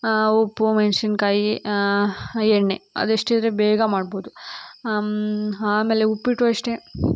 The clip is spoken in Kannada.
ಉಪ್ಪು ಮೆಣಸಿನ್ಕಾಯಿ ಎಣ್ಣೆ ಅದಿಷ್ಟು ಇದ್ದರೆ ಬೇಗ ಮಾಡ್ಬೋದು ಆಮೇಲೆ ಉಪ್ಪಿಟ್ಟೂ ಅಷ್ಟೇ